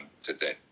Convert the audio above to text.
today